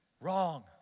wrong